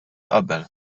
qabel